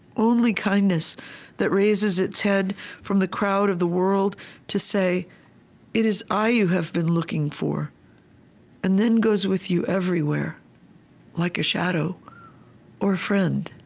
only kindness that raises its head from the crowd of the world to say it is i you have been looking for and then goes with you everywhere like a shadow or a friend.